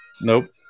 Nope